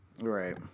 Right